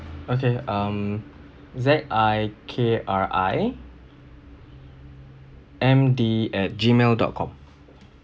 okay um Z I K R I M D at Gmail dot com